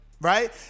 right